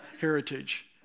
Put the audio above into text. heritage